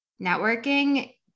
networking